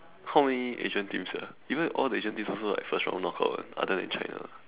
how many Asian teams ah even if all the Asian teams also like first round knock out eh other than China